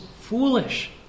foolish